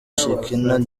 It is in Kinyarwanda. shekinah